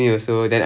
ya